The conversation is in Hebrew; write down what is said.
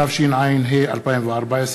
התשע"ה 2014,